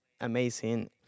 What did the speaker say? amazing